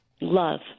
Love